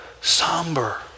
somber